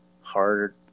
hard